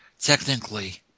technically